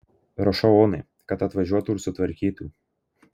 rašau onai kad atvažiuotų ir sutvarkytų